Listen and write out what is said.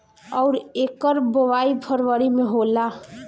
अउर एकर बोवाई फरबरी मे होला